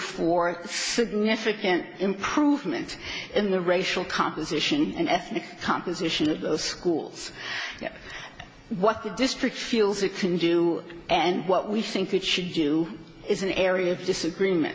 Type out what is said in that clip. for significant improvement in the racial composition and ethnic composition of the schools what the district feels it can do and what we think it should do is an area of disagreement